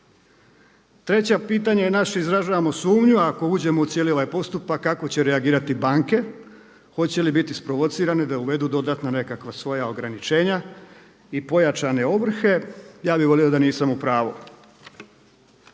Treće pitanje naše je izražavamo sumnju ako uđemo u cijeli ovaj postupak kako će reagirati banke, hoće li biti isprovocirane da uvedu dodatna nekakva svoja ograničenja i pojačane ovrhe. Ja bi volio da nisam u pravu.